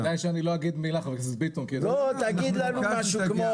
אני אדוני רוצה לומר